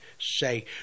say